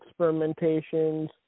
experimentations